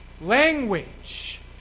language